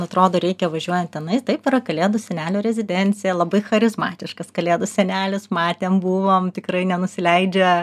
atrodo reikia važiuojant tenai taip yra kalėdų senelio rezidencija labai charizmatiškas kalėdų senelis matėm buvom tikrai nenusileidžia